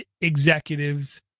executives